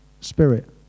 spirit